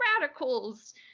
radicals